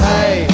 Hey